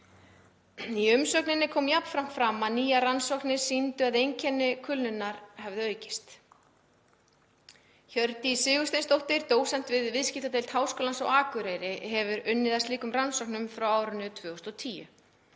Í umsögninni kom jafnframt fram að nýjar rannsóknir sýndu að einkenni kulnunar hefðu aukist. Hjördís Sigursteinsdóttir, dósent við viðskiptadeild Háskólans á Akureyri, hefur unnið að slíkum rannsóknum frá árinu 2010.